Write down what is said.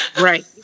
Right